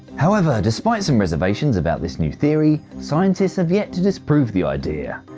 however, despite some reservations about this new theory, scientists have yet to disprove the idea.